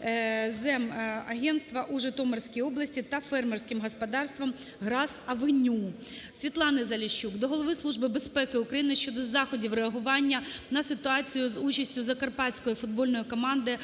Держземагентства у Житомирські області та Фермерським господарством "Грасс Авеню". Світлани Заліщук до Голови Служби безпеки України щодо заходів реагування на ситуацію з участю закарпатської футбольної команди